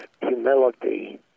humility